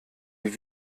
die